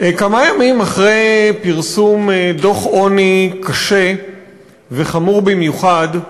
כמה ימים אחרי פרסום דוח עוני קשה וחמור במיוחד,